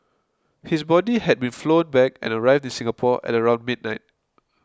his body had been flown back and arrived in Singapore at around midnight